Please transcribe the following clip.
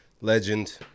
legend